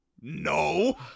No